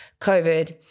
COVID